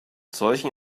solchen